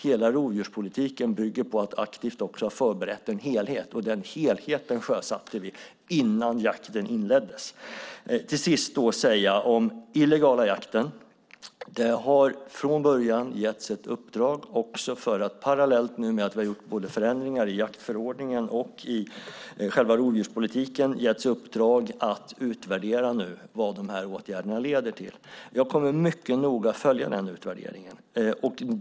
Hela rovdjurspolitiken bygger på att man aktivt har förberett en helhet, och den helheten sjösatte vi innan jakten inleddes. Sedan vill jag säga något om den illegala jakten. Parallellt med att vi har gjort förändringar i jaktförordningen och i själva rovdjurspolitiken har det getts uppdrag att nu utvärdera vad de här åtgärderna leder till. Jag kommer att följa den utvärderingen mycket noga.